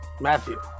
Matthew